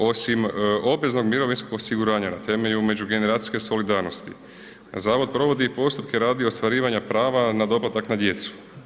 Osim obveznog mirovinskog osiguranja na temelju međugeneracijske solidarnosti zavod provodi i postupke radi ostvarivanja prava na doplatak na djecu.